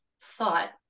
thought